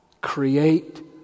create